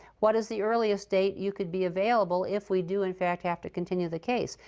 what is the earliest date you could be available if we do, in fact, have to continue the case?